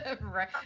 Right